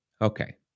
Okay